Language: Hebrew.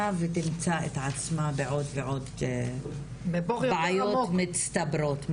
ותמצא את עצמה בעוד ועוד בעיות מצטברות.